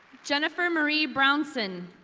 jennifer marie brownson,